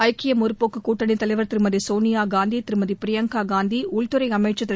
ஐக்கிய முற்போக்கு கூட்டணித் தலைவர் திருமதி சோனியா காந்தி திருமதி பிரியங்கா காந்தி உள்துறை அமைச்ச் திரு